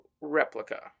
replica